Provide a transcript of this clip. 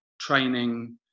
training